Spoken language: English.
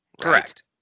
Correct